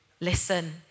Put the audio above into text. listen